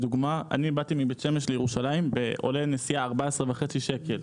נסיעה מבית שמש לירושלים עלתה לי 14.5 שקל,